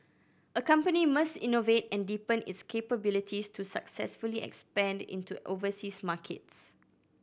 a company must innovate and deepen its capabilities to successfully expand into overseas markets